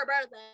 birthday